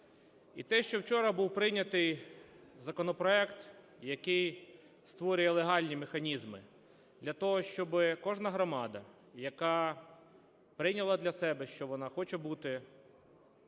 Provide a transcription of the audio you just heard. І те, що вчора був прийнятий законопроект, який створює легальні механізми для того, щоби кожна громада, яка прийняла для себе, що вона хоче бути